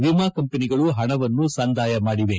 ವಿಮಾ ಕಂಪನಿಗಳು ಪಣವನ್ನು ಸಂದಾಯ ಮಾಡಿವೆ